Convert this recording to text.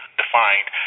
defined